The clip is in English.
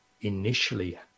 initially